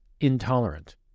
intolerant